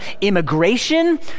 immigration